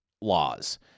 laws